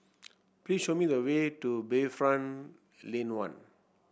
please show me the way to Bayfront Lane One